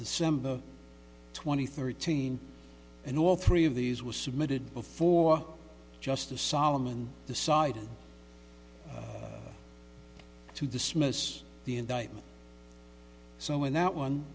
december twenty third team and all three of these were submitted before justice solomon decided to dismiss the indictment so in that one